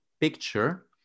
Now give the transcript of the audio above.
picture